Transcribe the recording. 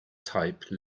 type